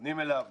פונים אליו,